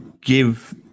give